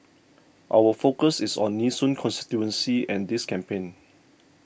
our focus is on Nee Soon constituency and this campaign